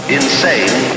insane